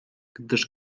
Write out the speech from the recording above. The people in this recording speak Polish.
gdyż